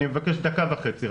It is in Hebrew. אני מבקש דקה וחצי.